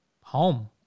home